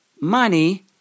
money